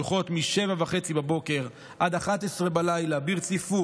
פתוחות מ-07:30 עד 23:00 ברציפות,